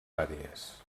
àrees